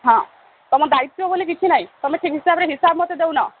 ହଁ ତୁମ ଦାୟିତ୍ୱ ବୋଲି କିଛି ନାହିଁ ତୁମେ ଠିକ ହିସାବରେ ହିସାବ ମୋତେ ଦେଉନ